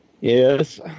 Yes